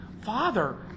Father